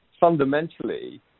fundamentally